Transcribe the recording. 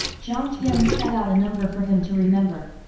jiang tian spat out a number for him to remember.